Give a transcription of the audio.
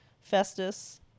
Festus